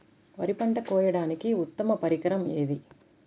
వరి పంట కోయడానికి ఉత్తమ పరికరం ఏది?